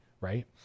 right